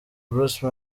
bruce